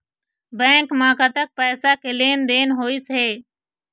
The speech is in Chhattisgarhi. बैंक म कतक पैसा के लेन देन होइस हे?